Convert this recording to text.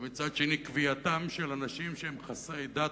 ומצד שני קביעתם של אנשים שהם חסרי דת,